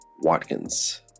Watkins